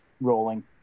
rolling